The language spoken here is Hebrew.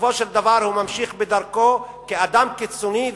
ובסופו של דבר הוא ממשיך בדרכו כאדם קיצוני,